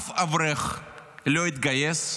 אף אברך לא יתגייס,